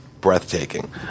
breathtaking